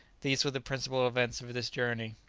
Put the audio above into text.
these were the principal events of this journey,